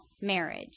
marriage